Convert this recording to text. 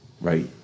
right